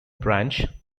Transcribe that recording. branch